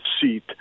seat